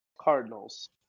Cardinals